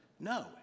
No